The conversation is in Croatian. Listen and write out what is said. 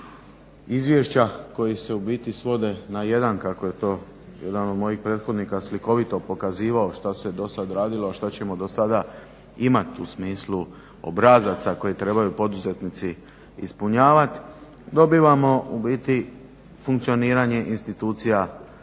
izvješća koji se u biti svode na jedan kako je to jedan od mojih prethodnika slikovito pokazivao što se dosad radilo, a što ćemo dosada imati u smislu obrazaca koji trebaju poduzetnici ispunjavati, dobivamo u biti funkcioniranje institucija